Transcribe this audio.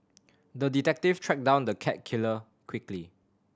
the detective tracked down the cat killer quickly